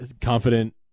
confident